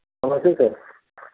नमस्ते सर